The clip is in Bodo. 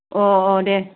अ अ देह